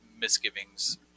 misgivings